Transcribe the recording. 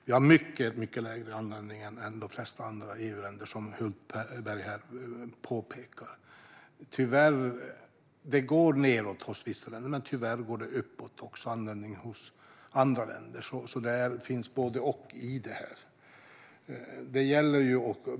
Vi har mycket lägre användning än de flesta andra EU-länder, som Hultberg påpekar här. Användningen går nedåt hos vissa länder, men tyvärr går den upp hos andra länder. Det finns alltså både och i det här.